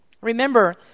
Remember